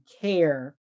care